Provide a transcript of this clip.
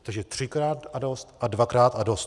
Takže třikrát a dost a dvakrát a dost.